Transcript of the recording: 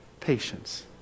patience